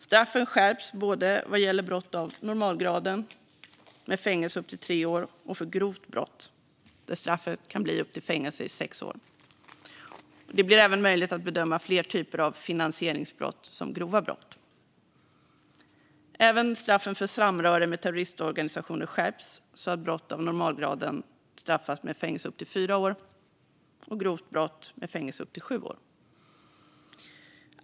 Straffen skärps både vad gäller brott av normalgraden, med fängelse upp till tre år, och för grovt brott, där straffet kan bli fängelse i upp till sex år. Det blir även möjligt att bedöma fler typer av finansieringsbrott som grova brott. Även straffen för samröre med terroristorganisationer skärps, så att brott av normalgraden straffas med fängelse upp till fyra år och grovt brott med fängelse i upp till sju år.